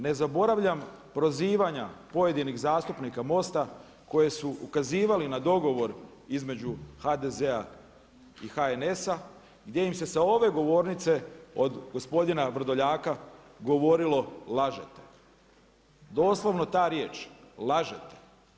Ne zaboravljam prozivanja pojedinih zastupnika MOST-a koji su ukazivali na dogovor između HDZ-a i HNS-a gdje im se sa ove govornice od gospodina Vrdoljaka govorilo lažete, doslovno ta riječ, lažete.